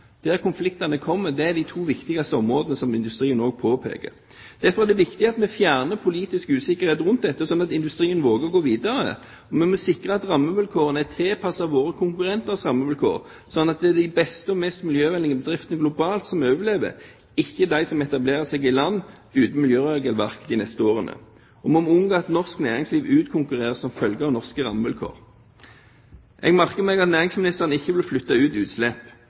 de to viktigste områdene der konfliktene kommer, som industrien også påpeker. Derfor er det viktig at vi fjerner politisk usikkerhet rundt dette, slik at industrien våger å gå videre. Vi må sikre at rammevilkårene er tilpasset våre konkurrenters rammevilkår, slik at det er de beste og mest miljøvennlige bedriftene globalt som overlever, og ikke de som etablerer seg i land uten miljøregelverk de neste årene. Vi må unngå at norsk næringsliv utkonkurreres som følge av norske rammevilkår. Jeg merker meg at næringsministeren ikke vil flytte ut utslipp,